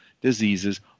diseases